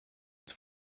uns